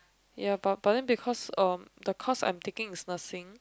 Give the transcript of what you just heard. ya but but then because uh the course I'm taking is nursing